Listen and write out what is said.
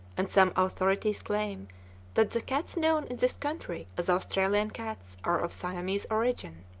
and some authorities claim that the cats known in this country as australian cats are of siamese origin.